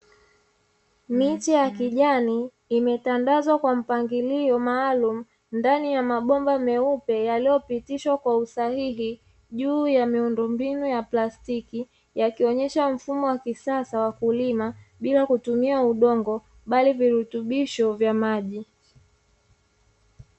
Miche ya kijani imetandazwa kwa mpangilio maalumu ndani ya mabomba meupe, yaliyopitishwa kwa usahihi juu ya miundombinu ya plastiki yakionyesha mfumo wa kisasa wa kulima bila kutumia udongo bali virutubisho vya maji.